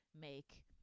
make